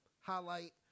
highlight